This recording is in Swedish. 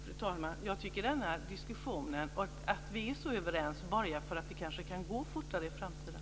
Fru talman! Jag tycker att den här diskussionen och detta att vi är så överens borgar för att det kanske kan gå fortare i framtiden.